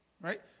Right